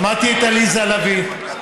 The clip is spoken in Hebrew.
שמעתי את עליזה לביא.